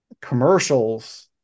commercials